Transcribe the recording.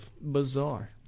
Bizarre